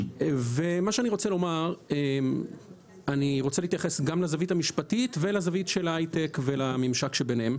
אני רוצה להתייחס גם לזווית המשפטית ולזווית של ההיי-טק ולממשק שביניהם.